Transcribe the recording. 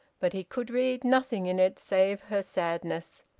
but he could read nothing in it save her sadness,